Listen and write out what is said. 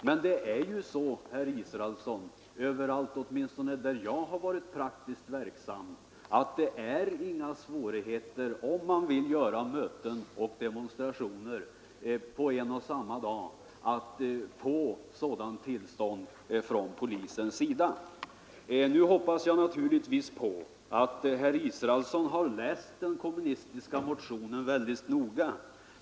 Men, herr Israelsson, åtminstone där jag har varit praktiskt verksam har det aldrig varit några svårigheter att på en och samma dag få tillstånd från polisen att genomföra möten och demonstrationer. Jag hoppas naturligtvis att herr Israelsson noggrant har läst den kommunistiska motionen.